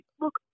look